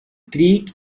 creek